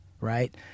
right